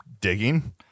digging